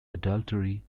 adultery